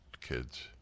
kids